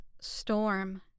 storm